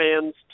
fans